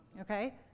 okay